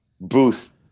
Booth